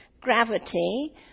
gravity